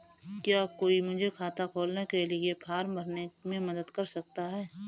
क्या कोई मुझे खाता खोलने के लिए फॉर्म भरने में मदद कर सकता है?